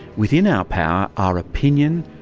within our power are opinion,